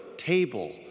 Table